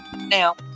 Now